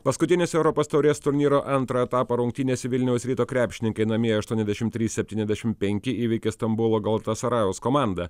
paskutinėse europos taurės turnyro antrojo etapo rungtynėse vilniaus ryto krepšininkai namie aštuoniasdešim trys septyniasdešim penki įveikė stambulo galatasarajaus komandą